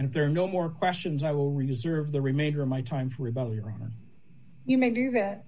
and if there are no more questions i will reserve the remainder of my time for both your honor you may do that